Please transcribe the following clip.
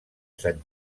sant